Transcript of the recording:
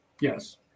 Yes